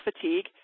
fatigue